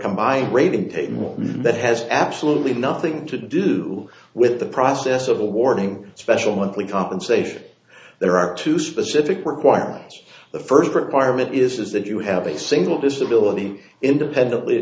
combined rating taking all that has absolutely nothing to do with the process of awarding special monthly compensation there are two specific requirements the first requirement is that you have a single disability independently